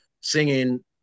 singing